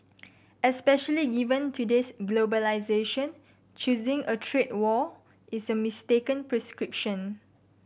especially given today's globalisation choosing a trade war is a mistaken prescription